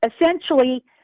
Essentially